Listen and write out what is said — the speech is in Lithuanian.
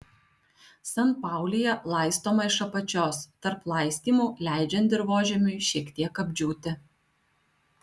sanpaulija laistoma iš apačios tarp laistymų leidžiant dirvožemiui šiek tiek apdžiūti